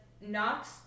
Knox